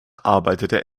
arbeitete